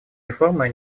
реформы